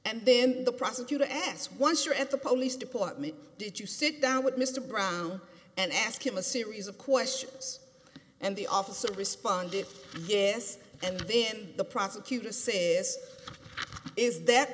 and then the prosecutor asked once or at the police department did you sit down with mr brown and ask him a series of questions and the officer responded yes and then the prosecutor says is that